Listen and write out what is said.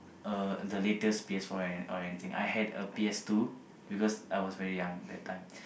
uh the latest P_S or anything I had a P_S two because I was very young that time